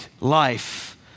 life